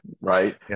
right